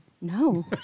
No